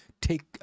take